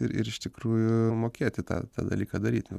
ir ir iš tikrųjų mokėti tą dalyką daryti